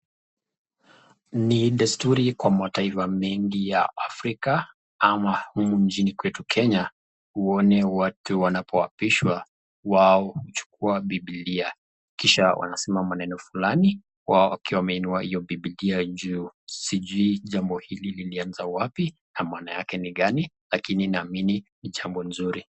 Ni desturi kwa mataifa mengi ya afrika ama humu nchini kwetu kenya uone watu wanapoapishwa wao huchukua bibilia, kisha wanasema maneno fulani wao wakiwa wameinua hiyo bibilia juu. Sijui jambo hili lilianza wapi na maana yake ni gani, lakini naamini ni jambo nzuri.